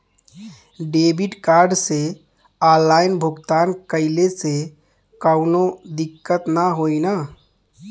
Debit card से online भुगतान कइले से काउनो दिक्कत ना होई न?